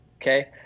Okay